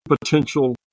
potential